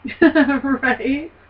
Right